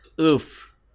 Oof